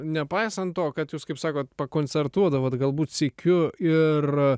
nepaisant to kad jūs kaip sakot pakoncertuodavot galbūt sykiu ir